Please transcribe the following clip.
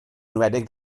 enwedig